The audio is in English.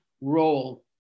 role